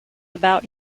about